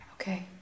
Okay